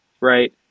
right